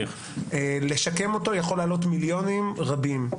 לשקם אותו יכול לעלות מיליונים רבים,